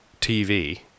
TV